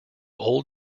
old